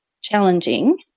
challenging